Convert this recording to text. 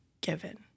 given